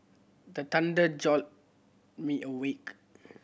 the thunder jolt me awake